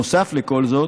נוסף על כל זאת,